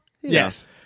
yes